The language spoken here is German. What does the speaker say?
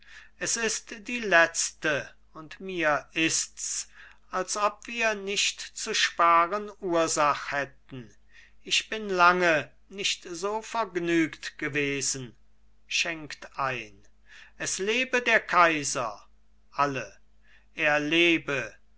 es ist die letzte und mir ist's als ob wir nicht zu sparen ursach hätten ich bin lange nicht so vergnügt gewesen schenkt ein es lebe der kaiser alle er lebe